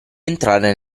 entrare